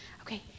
Okay